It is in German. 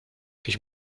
ich